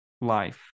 life